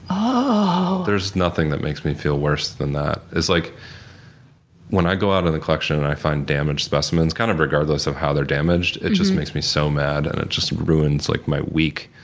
um ah there's nothing that makes me feel worse than that. it's like when i go out in the collection and i find damaged specimens, kind of regardless of how they're damaged, it just makes me so mad and it just ruins like my week.